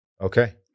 Okay